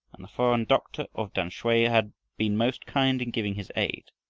and the foreign doctor of tamsui had been most kind in giving his aid,